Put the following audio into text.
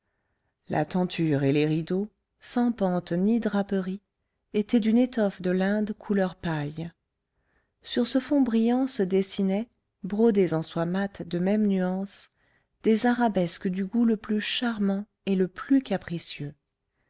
la tenture et les rideaux sans pentes ni draperies étaient d'une étoffe de l'inde couleur paille sur ce fond brillant se dessinaient brodées en soie mate de même nuance des arabesques du goût le plus charmant et le plus capricieux